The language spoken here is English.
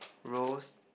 rose